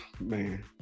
Man